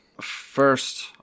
First